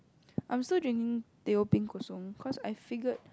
I'm still drinking teh O peng ko-song cause I figured